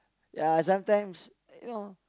ya sometimes you know